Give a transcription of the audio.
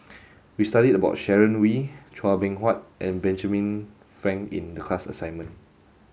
we studied about Sharon Wee Chua Beng Huat and Benjamin Frank in the class assignment